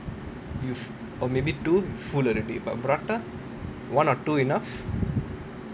you or maybe two full already but prata one or two enough